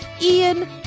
Ian